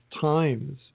times